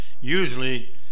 Usually